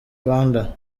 rwanda